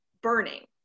burning